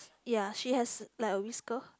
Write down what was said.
ya she has like a whisker